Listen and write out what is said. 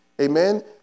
Amen